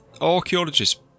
archaeologists